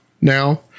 now